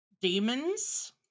demons